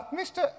Mr